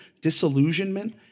disillusionment